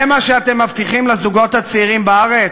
זה מה שאתם מבטיחים לזוגות הצעירים בארץ?